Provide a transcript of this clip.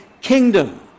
kingdom